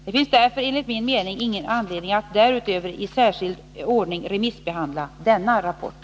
Det finns därför enligt min mening ingen anledning att därutöver i särskild ordning remissbehandla denna rapport.